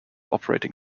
operating